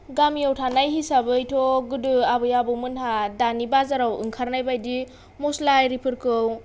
गामियाव थानाय हिसाबैथ' गोदो आबै आबौ मोनहा दानि बाजाराव ओंखारनाय बायदि मस्ला आरिफोरखौ